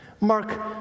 Mark